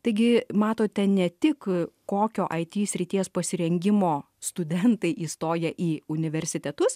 taigi matote ne tik kokio it srities pasirengimo studentai įstoja į universitetus